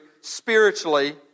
spiritually